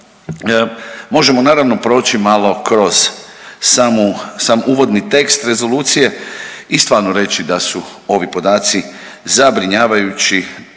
Možemo naravno proći malo kroz sam uvodni tekst rezolucije i stvarno reći da su ovi podaci zabrinjavajući